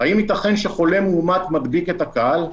האם ייתכן שחולה מאומת מדביק את הקהל?